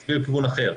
אסביר מכיוון אחר.